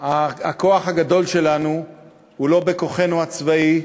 הכוח הגדול שלנו הוא לא כוחנו הצבאי,